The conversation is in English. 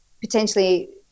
potentially